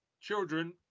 children